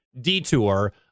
detour